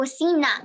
Cocina